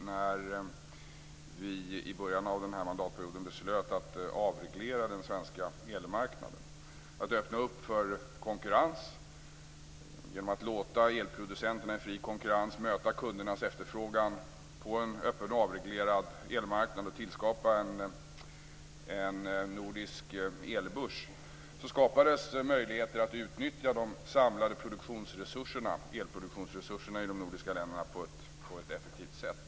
När vi i början av denna mandatperiod beslöt att avreglera den svenska elmarknaden, att öppna för konkurrens genom att låta elproducenterna i fri konkurrens möta kundernas efterfrågan på en öppen och avreglerad elmarknad och tillskapa en nordisk elbörs skapades det möjligheter att utnyttja de samlade elproduktionsresurserna i de nordiska länderna på ett effektivt sätt.